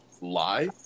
lie